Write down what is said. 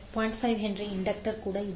5 H inductor ಕೂಡ ಇದೆ